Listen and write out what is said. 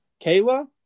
Kayla